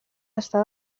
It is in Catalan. està